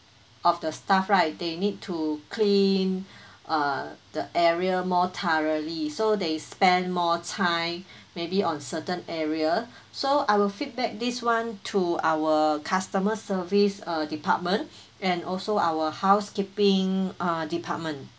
of the staff right they need to clean uh the area more thoroughly so they spend more time maybe on certain area so I will feedback this one to our customer service uh department and also our housekeeping uh department